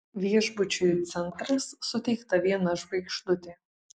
viešbučiui centras suteikta viena žvaigždutė